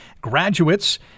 graduates